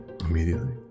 immediately